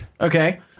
okay